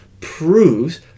proves